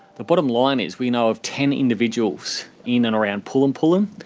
the bottom line is we know of ten individuals in and around pullen pullen,